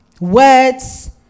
words